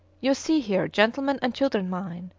you see here, gentlemen and children mine,